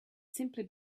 simply